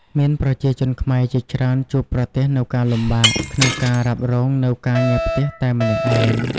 មានប្រជាជនខ្មែរជាច្រើនជួបប្រទះនូវការលំបាកក្នុងការរ៉ាបរ៉ងនូវការងារផ្ទះតែម្នាក់ឯង។